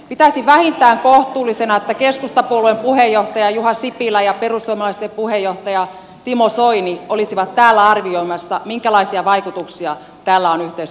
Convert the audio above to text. pitäisin vähintään kohtuullisena että keskustapuolueen puheenjohtaja juha sipilä ja perussuomalaisten puheenjohtaja timo soini olisivat täällä arvioimassa minkälaisia vaikutuksia tällä on yhteiskunnan toimintaan